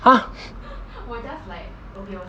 !huh!